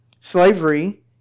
slavery